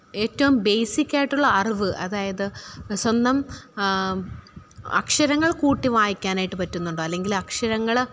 ഏറ്റവും ബേസിക്ക് ആയിട്ടുള്ള അറിവ് അതായത് സ്വന്തം അക്ഷരങ്ങള് കൂട്ടി വായിക്കാനായിട്ട് പറ്റുന്നുണ്ടോ അല്ലെങ്കിൽ അക്ഷരങ്ങൾ